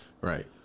Right